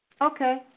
Okay